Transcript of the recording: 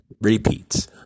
repeats